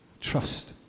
trust